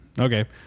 Okay